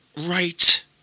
right